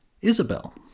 Isabel